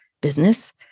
business